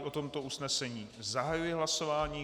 O tomto usnesení zahajuji hlasování.